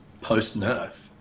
post-nerf